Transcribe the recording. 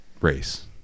race